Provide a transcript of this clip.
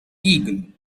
eagle